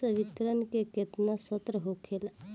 संवितरण के केतना शर्त होखेला?